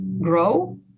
grow